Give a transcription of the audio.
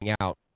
out